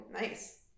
nice